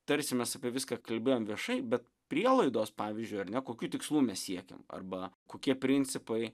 tarsi mes apie viską kalbėjom viešai bet prielaidos pavyzdžiui ar ne kokių tikslų mes siekėm arba kokie principai